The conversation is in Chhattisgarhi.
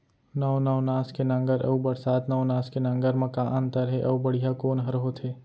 नौ नवनास के नांगर अऊ बरसात नवनास के नांगर मा का अन्तर हे अऊ बढ़िया कोन हर होथे?